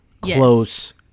close